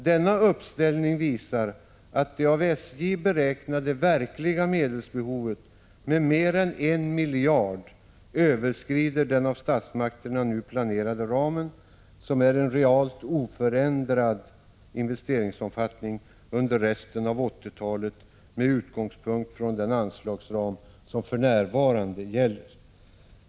Denna uppställning visar att det av SJ beräknade verkliga medelsbehovet med mer än 1 miljard överskrider den av statsmakterna nu planerade ramen som innebär en realt sett oförändrad investeringsomfattning under resten av 1980-talet, allt med utgångspunkt från den anslagsram som för närvarande gäller.